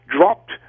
dropped